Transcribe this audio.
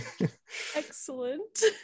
Excellent